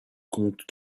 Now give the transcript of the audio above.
compte